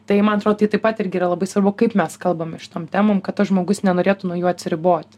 tai man atrodo taip pat irgi yra labai svarbu kaip mes kalbame šitom temom kad tas žmogus nenorėtų nuo jų atsiriboti